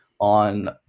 on